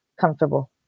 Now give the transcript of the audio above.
comfortable